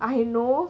I know